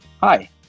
Hi